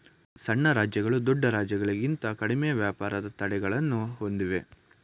ಸಣ್ಣ ರಾಜ್ಯಗಳು ದೊಡ್ಡ ರಾಜ್ಯಗಳಿಂತ ಕಡಿಮೆ ವ್ಯಾಪಾರದ ತಡೆಗಳನ್ನು ಹೊಂದಿವೆ